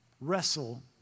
wrestle